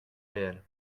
réel